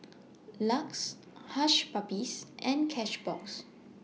LUX Hush Puppies and Cashbox